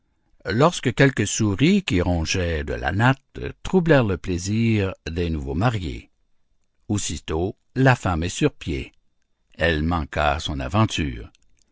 lorsque quelques souris qui rongeaient de la natte troublèrent le plaisir des nouveaux mariés aussitôt la femme est sur pieds elle manqua son aventure